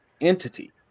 entity